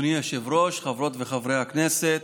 אדוני היושב-ראש, חברות וחברי הכנסת,